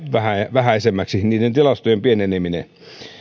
vähäisemmäksi niiden tilastojen pieneneminen